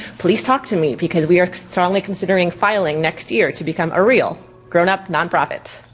please talk to me because we are strongly considering filing next year to become a real grown up non-profit.